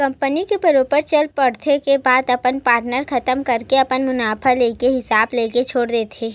company के बरोबर चल पड़े के बाद अपन पार्टनर खतम करके अपन मुनाफा लेके हिस्सा लेके छोड़ देथे